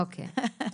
הכול בסדר.